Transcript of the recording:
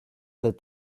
the